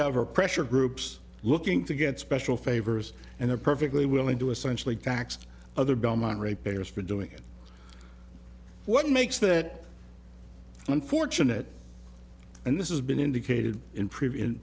are pressure groups looking to get special favors and are perfectly willing to essentially tax other belmont rapiers for doing what makes that unfortunate and this is been indicated in previous